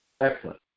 Excellent